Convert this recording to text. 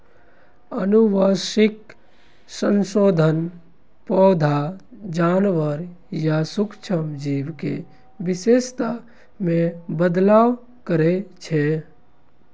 आनुवंशिक संशोधन पौधा, जानवर या सूक्ष्म जीव के विशेषता मे बदलाव करै छै